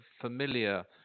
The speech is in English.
familiar